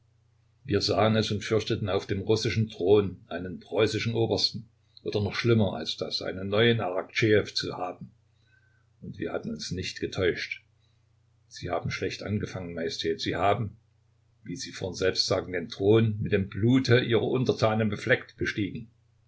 wir sahen es und fürchteten auf dem russischen thron einen preußischen obersten oder noch schlimmer als das einen neuen araktschejew zu haben und wir hatten uns nicht getäuscht sie haben schlecht angefangen majestät sie haben wie sie vorhin selbst sagten den thron mit dem blute ihrer untertanen befleckt bestiegen